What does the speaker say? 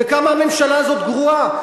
וכמה הממשלה הזאת גרועה.